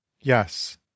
Yes